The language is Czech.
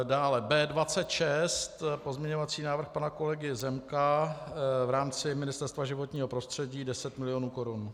Dále B26, pozměňovací návrh pana kolegy Zemka v rámci Ministerstva životního prostředí 10 mil. korun.